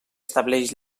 estableix